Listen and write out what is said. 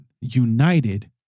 united